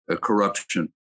corruption